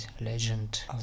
legend